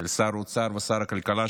שר האוצר ושר הכלכלה,